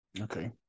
Okay